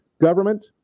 government